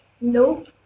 Nope